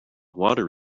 water